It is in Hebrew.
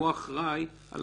והוא אחראי על